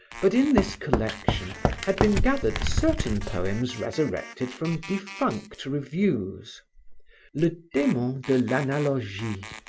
but in this collection had been gathered certain poems resurrected from defunct reviews le demon de l'analogie,